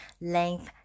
length